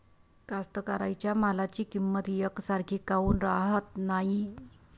कास्तकाराइच्या मालाची किंमत यकसारखी काऊन राहत नाई?